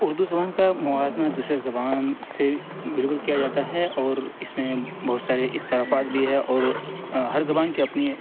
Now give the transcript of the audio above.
اردو زبان کا موازنہ دوسرے زبان سے بالکل کیا جاتا ہے اور اس میں بہت سارے اختلافات بھی ہے اور ہر زبان کی اپنی